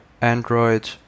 Android